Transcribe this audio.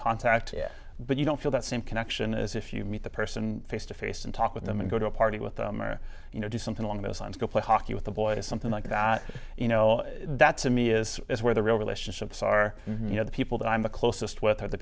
contact but you don't feel that same connection is if you meet the person face to face and talk with them and go to a party with them or you know do something along those lines go play hockey with the boys something like that you know that to me is where the real relationships are you know the people that i'm the closest with